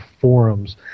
forums